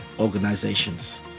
organizations